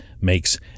makes